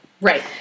right